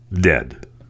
Dead